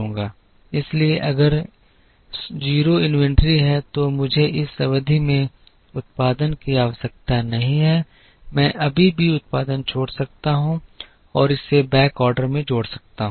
इसलिए अगर 0 इन्वेंट्री है तो मुझे इस अवधि में उत्पादन की आवश्यकता नहीं है मैं अभी भी उत्पादन छोड़ सकता हूं और इसे बैकऑर्डर में जोड़ सकता हूं